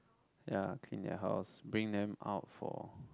ya clean their house bring them out for